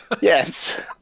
Yes